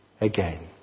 again